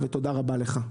תודה רבה לך.